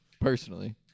personally